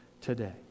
today